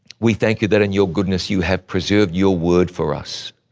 we thank you that in your goodness you have preserved your word for us.